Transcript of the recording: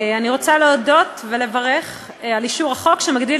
אני רוצה להודות ולברך על אישור החוק שמגדיל